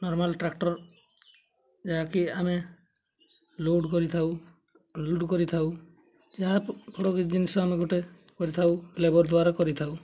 normal tractor ଯାହାକି ଆମେ load କରିଥାଉ ଲୋଡ଼୍ କରିଥାଉ ଯାହା ଜିନିଷ ଆମେ ଗୋଟେ କରିଥାଉ ଲେବର୍ ଦ୍ୱାରା କରିଥାଉ